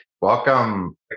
Welcome